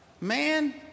Man